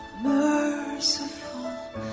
merciful